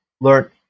learn